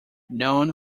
known